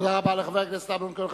תודה רבה לחבר הכנסת אמנון כהן.